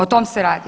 O tom se radi.